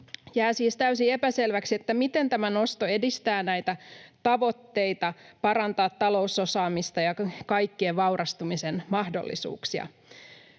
Jää siis täysin epäselväksi, miten tämä nosto edistää näitä tavoitteita parantaa talousosaamista ja kaikkien vaurastumisen mahdollisuuksia.